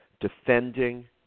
defending